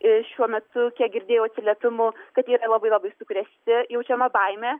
šiuo metu kiek girdėjau atsiliepimų kad jie labai labai sukrėsti jaučiama baimė